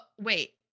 Wait